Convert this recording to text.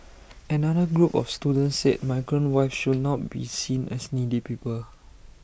another group of students said migrant wives should not be seen as needy people